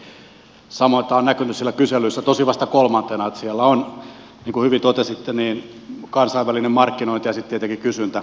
samoin tämä on näkynyt siellä kyselyissä tosin vasta kolmantena siellä ovat edellä niin kuin hyvin totesitte kansainvälinen markkinointi ja sitten tietenkin kysyntä